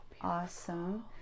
awesome